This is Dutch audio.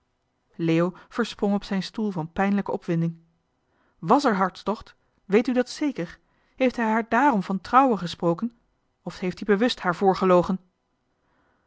leo versprong op zijn stoel van pijnlijke opwinding wàs er hartstocht weet u dat zeker heeft hij haar daarom van trouwen gesproken of heeft ie bewust haar